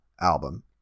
album